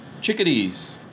Chickadees